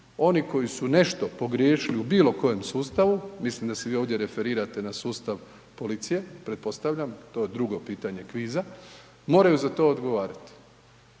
Oni koji su nešto pogriješili u bilokojem sustavu, mislim da se vi ovdje referirate na sustav policije, pretpostavljam, to je drugo pitanje kviza, moraju za to odgovarati.